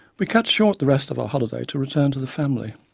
we cut short the rest of our holiday to return to the family.